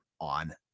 on